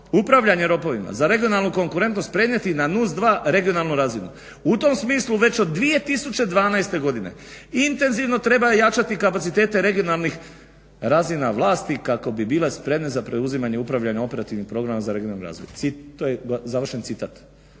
upravljanje … za regionalnu konkurentnost prenijeti na NUTS-2 regionalnu razinu. U tom smislu već od 2012. godine intenzivno treba jačati kapacitete regionalnih razina vlasti kako bi bile spremne za preuzimanje upravljanje operativnim programima za regionalni razvoj. To je završen citat.